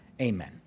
amen